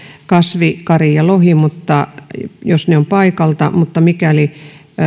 kasvi kari ja lohi jos he ovat paikalta mutta mikäli